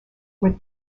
were